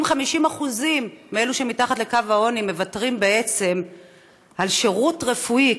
אם 50% מאלה שמתחת לקו העוני מוותרים בעצם על שירות רפואי,